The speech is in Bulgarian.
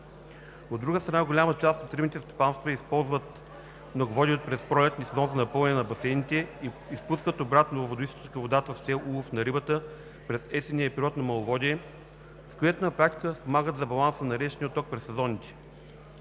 От друга страна, голяма част от рибните стопанства използват многоводието през пролетния сезон за напълване на басейните и изпускат обратно във водоизточника водата с цел улов на рибата през есенния период на маловодие, с което на практика спомагат за баланса на речния отток през сезоните.